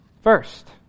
First